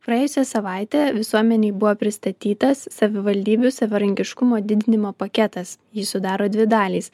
praėjusią savaitę visuomenei buvo pristatytas savivaldybių savarankiškumo didinimo paketas jį sudaro dvi dalys